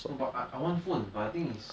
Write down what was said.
no but I I want phone but the thing is